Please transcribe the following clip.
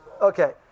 Okay